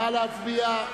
נא להצביע.